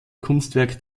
kunstwerk